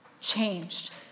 changed